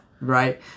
Right